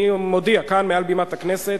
אני מודיע כאן מעל בימת הכנסת,